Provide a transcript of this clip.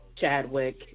Chadwick